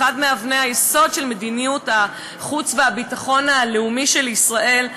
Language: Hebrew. מאבני היסוד של מדיניות החוץ והביטחון הלאומי של ישראל,